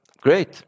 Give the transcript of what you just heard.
Great